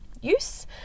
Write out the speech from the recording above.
use